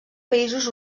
països